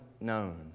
known